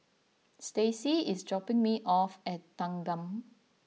Stacie is dropping me off at Thanggam